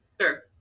sure